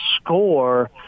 score